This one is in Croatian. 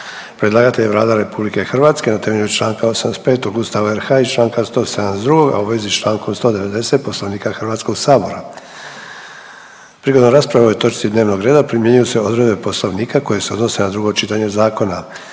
Predlagatelj je Vlada RH na temelju Članka 85. Ustava RH i Članka 172., a u vezi s Člankom 190. Poslovnika Hrvatskog sabora. Prigodom rasprave o ovoj točci dnevnog reda primjenjuju se odredbe Poslovnika koje se odnose na drugo čitanje zakona.